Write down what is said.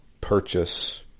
purchase